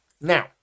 Now